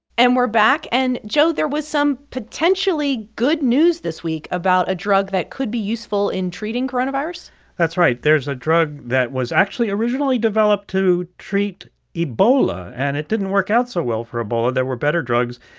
and we're back. and, joe, there was some potentially good news this week about a drug that could be useful in treating coronavirus that's right. there's a drug that was actually originally developed to treat ebola, and it didn't work out so well for ebola. there were better drugs.